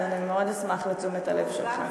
אז אני מאוד אשמח לתשומת הלב שלך.